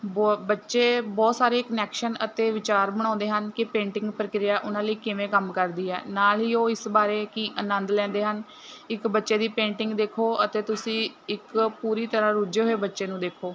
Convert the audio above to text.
ਬ ਬੱਚੇ ਬਹੁਤ ਸਾਰੇ ਕਨੈਕਸ਼ਨ ਅਤੇ ਵਿਚਾਰ ਬਣਾਉਂਦੇ ਹਨ ਕਿ ਪੇਂਟਿੰਗ ਪ੍ਰਕਿਰਿਆ ਉਹਨਾਂ ਲਈ ਕਿਵੇਂ ਕੰਮ ਕਰਦੀ ਹੈ ਨਾਲ਼ ਹੀ ਉਹ ਇਸ ਬਾਰੇ ਕੀ ਅਨੰਦ ਲੈਂਦੇ ਹਨ ਇੱਕ ਬੱਚੇ ਦੀ ਪੇਂਟਿੰਗ ਦੇਖੋ ਅਤੇ ਤੁਸੀਂ ਇੱਕ ਪੂਰੀ ਤਰ੍ਹਾਂ ਰੁੱਝੇ ਹੋਏ ਬੱਚੇ ਨੂੰ ਦੇਖੋ